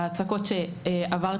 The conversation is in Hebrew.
על ההצקות שעברתי,